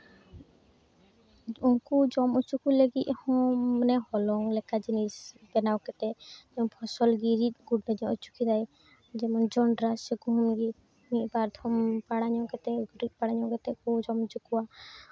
ᱩᱱᱠᱩ ᱡᱚᱢ ᱚᱪᱚ ᱠᱩ ᱞᱟᱹᱜᱤᱫ ᱦᱚᱸ ᱢᱟᱱᱮ ᱦᱚᱞᱚᱝ ᱞᱮᱠᱟ ᱡᱤᱱᱤᱥ ᱵᱮᱱᱟᱣ ᱠᱟᱛᱮ ᱡᱮᱢᱚᱱ ᱯᱷᱚᱥᱚᱞ ᱜᱮ ᱨᱤᱫ ᱠᱟᱛᱮ ᱡᱚ ᱦᱚᱪᱚ ᱠᱮᱫᱟᱭ ᱡᱮᱢᱚᱱ ᱡᱚᱱᱰᱨᱟ ᱥᱮ ᱜᱩᱦᱩᱢ ᱜᱮ ᱢᱤᱫ ᱵᱟᱨ ᱫᱷᱚᱢ ᱯᱟᱲᱟᱜ ᱧᱚᱜ ᱠᱟᱛᱮ ᱠᱟᱹᱴᱤᱡ ᱯᱟᱲᱟᱜ ᱧᱚᱜ ᱠᱟᱛᱮ ᱠᱚ ᱡᱚᱢ ᱦᱚᱪᱚ ᱠᱚᱣᱟ